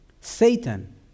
Satan